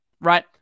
right